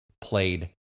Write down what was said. played